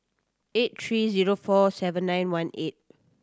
eight three zero four seven nine one eight